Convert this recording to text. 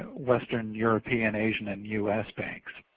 western, european, asian, and u s. banks.